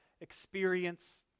experience